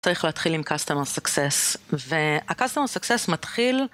צריך להתחיל עם customer success וה customer success מתחיל